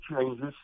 changes